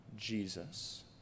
jesus